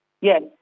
Yes